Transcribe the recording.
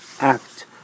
act